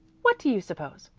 what do you suppose?